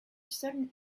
sudden